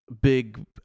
big